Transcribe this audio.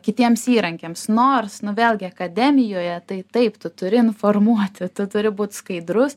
kitiems įrankiams nors nu vėlgi akademijoje tai taip tu turi informuoti tu turi būti skaidrus